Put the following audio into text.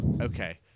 Okay